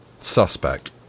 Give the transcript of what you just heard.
suspect